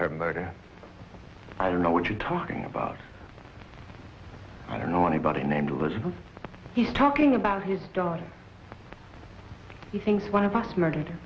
her murder i don't know what you're talking about i don't know anybody named this because he's talking about his daughter he thinks one of us murdered